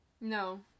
No